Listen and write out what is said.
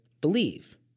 believe